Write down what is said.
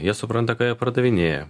jie supranta ką jie pardavinėja